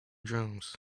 drums